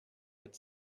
had